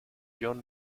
john